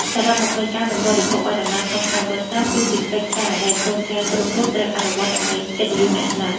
សរុបមកវិញ ការមិនបរិភោគបាយដំណើបក្នុងថ្ងៃបុណ្យសព គឺជាកិច្ចការដែលកូនចៅគ្រប់រូបត្រូវអនុវត្តដើម្បីកិត្តិយសអ្នកស្លាប់។